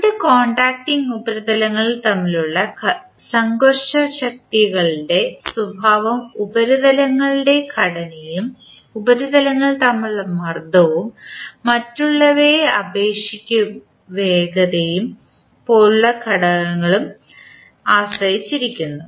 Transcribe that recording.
രണ്ട് കോൺടാക്റ്റിംഗ് ഉപരിതലങ്ങൾ തമ്മിലുള്ള സംഘർഷശക്തികളുടെ സ്വഭാവം ഉപരിതലങ്ങളുടെ ഘടനയും ഉപരിതലങ്ങൾ തമ്മിലുള്ള മർദ്ദവും മറ്റുള്ളവയിലെ ആപേക്ഷിക വേഗതയും പോലുള്ള ഘടകങ്ങളെ ആശ്രയിച്ചിരിക്കുന്നു